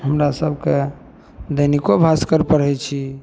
हमरा सबके दैनिको भास्कर पढ़ै छी